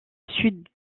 sud